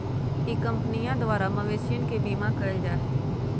ई कंपनीया द्वारा मवेशियन के बीमा कइल जाहई